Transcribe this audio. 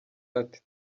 ati